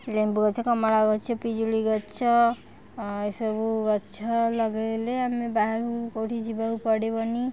ଲେମ୍ବୁ ଗଛ କମଳା ଗଛ ପିଜୁଳି ଗଛ ଏସବୁ ଗଛ ଲଗାଇଲେ ଆମେ ବାହାରକୁ କେଉଁଠିକି ଯିବାକୁ ପଡ଼ିବନି